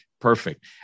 Perfect